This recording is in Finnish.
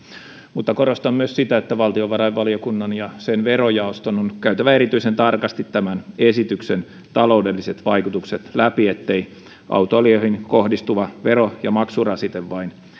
mutta korostan myös sitä että valtiovarainvaliokunnan ja sen verojaoston on nyt käytävä erityisen tarkasti tämän esityksen taloudelliset vaikutukset läpi ettei autoilijoihin kohdistuva vero ja maksurasite vain